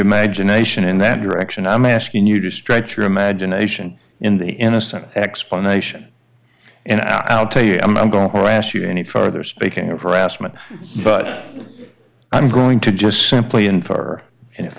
imagination in that direction i'm asking you to stretch your imagination in the innocent explanation and i'll tell you i'm going to last you any further speaking of harassment but i'm going to just simply infer